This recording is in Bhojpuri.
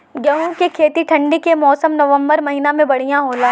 गेहूँ के खेती ठंण्डी के मौसम नवम्बर महीना में बढ़ियां होला?